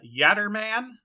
Yatterman